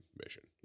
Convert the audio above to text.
mission